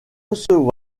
recevoir